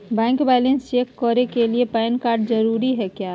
Bank balance check करने के लिए पैन कार्ड जरूरी है क्या?